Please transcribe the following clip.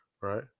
right